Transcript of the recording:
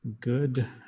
good